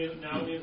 now